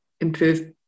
improve